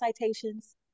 citations